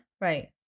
right